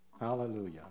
Hallelujah